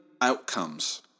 outcomes